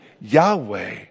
Yahweh